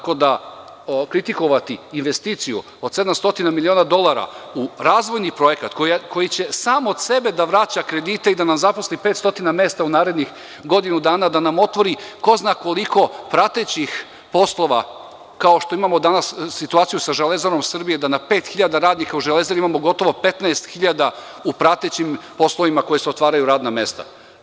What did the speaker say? Kritikovati investiciju od 700 miliona dolara, razvojni projekat koji će sam od sebe da vraća kredite i da nam zaposli 500 mesta u narednih godinu dana, da nam otvori ko zna koliko pratećih poslova, kao što imamo danas situaciju sa „Železarom Srbije“, da na pet hiljada radnika u „Železari“ imamo gotovo 15 hiljada u pratećim poslovima, koje se otvaraju radna mesta.